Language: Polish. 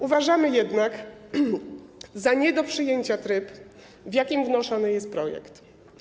Uważamy jednak za nie do przyjęcia tryb, w jakim wnoszony jest projekt.